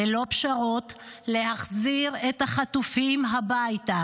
ללא פשרות, להחזיר את החטופים הביתה.